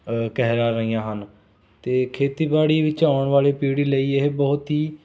ਕਹਿਲਾ ਰਹੀਆਂ ਹਨ ਅਤੇ ਖੇਤੀਬਾੜੀ ਵਿੱਚ ਆਉਣ ਵਾਲੀ ਪੀੜ੍ਹੀ ਲਈ ਇਹ ਬਹੁਤ ਹੀ